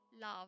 love